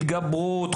התגברות,